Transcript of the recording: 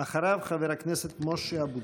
אחריו, חבר הכנסת משה אבוטבול.